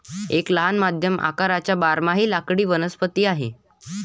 एक लहान मध्यम आकाराचा बारमाही लाकडी वनस्पती आहे